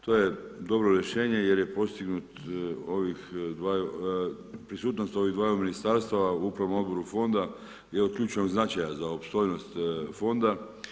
To je dobro rješenje, jer je postignut ovih prisutnost ovih dvaju ministarstava u tom odboru fonda, je od ključnog značaja za opstojnost fonda.